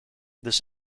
this